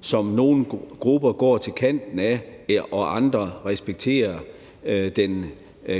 som nogle grupper går til kanten af, mens andre respekterer den